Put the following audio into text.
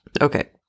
Okay